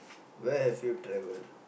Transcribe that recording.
where have you travel